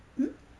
hmm